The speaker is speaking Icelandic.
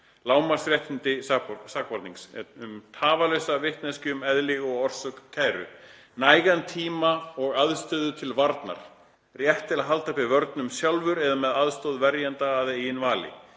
Lágmarksréttindi sakbornings: Tafarlausa vitneskju um eðli og orsök kæru. Nægan tíma og aðstöðu til varnar. Rétt til að halda uppi vörnum sjálfur eða með aðstoð verjanda að eigin vali.